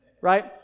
right